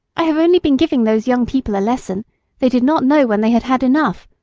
i have only been giving those young people a lesson they did not know when they had had enough,